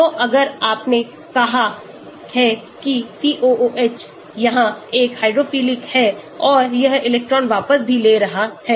तो अगर आपने कहा है कि COOH यह एक हाइड्रोफिलिक है और यह इलेक्ट्रॉन वापस भी ले रहा है